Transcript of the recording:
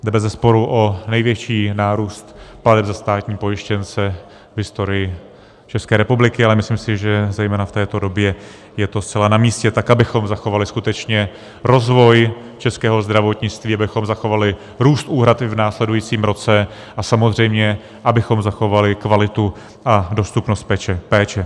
Jde bezesporu o největší nárůst plateb za státní pojištěnce v historii České republiky, ale myslím si, že zejména v této době je to zcela namístě, tak abychom zachovali skutečně rozvoj českého zdravotnictví, abychom zachovali růst úhrad i v následujícím roce a samozřejmě abychom zachovali kvalitu a dostupnost péče.